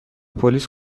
پلیس